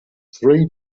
three